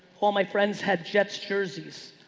all my friends had jets, jerseys.